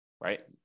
right